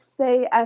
say